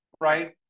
right